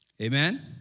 Amen